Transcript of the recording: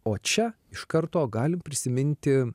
o čia iš karto galim prisiminti